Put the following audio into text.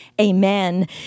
amen